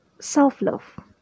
Self-love